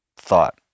thought